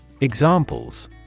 Examples